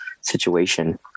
situation